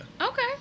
Okay